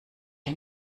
ein